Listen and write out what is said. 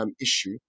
issue